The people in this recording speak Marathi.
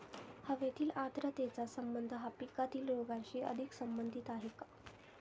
हवेतील आर्द्रतेचा संबंध हा पिकातील रोगांशी अधिक संबंधित आहे का?